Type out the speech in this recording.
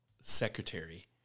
secretary